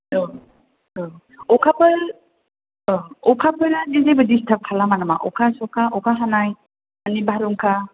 औ औ अखाफोर अ अखाफोरा डिस्टार्ब खालामा नामा अखा सखा अखा हानाय माने बारहुंखा